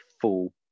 full